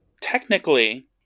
Technically